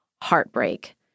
heartbreak